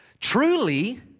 Truly